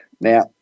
Now